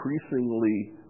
increasingly